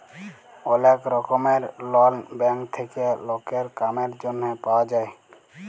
ওলেক রকমের loan bank থেক্যে লকের কামের জনহে পাওয়া যায়